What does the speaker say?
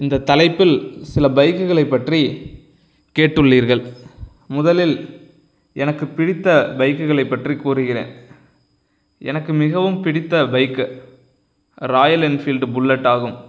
இந்தத் தலைப்பில் சில பைக்குகளைப் பற்றி கேட்டுள்ளீர்கள் முதலில் எனக்குப் பிடித்த பைக்குகளைப் பற்றிக் கூறுகிறேன் எனக்கு மிகவும் பிடித்த பைக் ராயல் என்ஃபீல்டு புல்லட்டாகும்